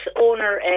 owner